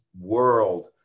world